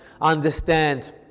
understand